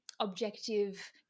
objective